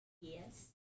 yes